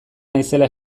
naizela